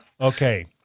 Okay